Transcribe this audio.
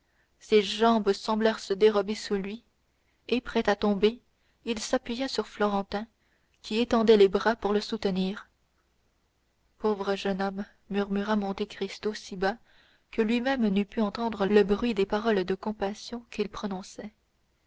ses jambes semblèrent se dérober sous lui et prêt à tomber il s'appuya sur florentin qui étendait le bras pour le soutenir pauvre jeune homme murmura monte cristo si bas que lui-même n'eût pu entendre le bruit des paroles de compassion qu'il prononçait